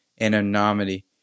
anonymity